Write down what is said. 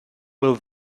will